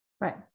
right